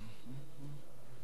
מים וביוב בשנות המס 2012 2015),